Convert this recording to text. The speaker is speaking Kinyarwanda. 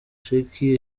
sheki